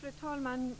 Fru talman!